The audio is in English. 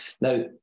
Now